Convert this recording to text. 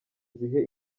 zihe